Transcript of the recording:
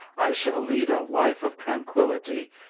i shall lead a life of tranquillity,